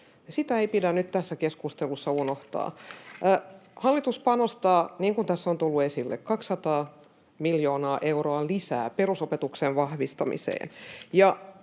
Sitä ei pidä nyt tässä keskustelussa unohtaa. Niin kuin tässä on tullut esille, hallitus panostaa 200 miljoonaa euroa lisää perusopetuksen vahvistamiseen,